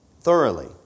thoroughly